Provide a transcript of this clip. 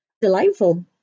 Delightful